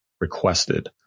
requested